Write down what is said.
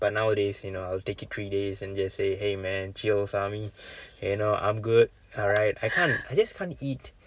but nowadays you know I'll take it three days and just say !hey! man yo சாமி:sami you know I'm good alright I can't I just can't eat